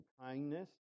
kindness